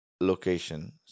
location